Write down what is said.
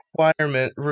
requirement